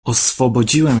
oswobodziłem